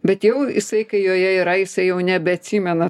bet jau jisai kai joje yra jisai jau nebeatsimena